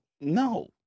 No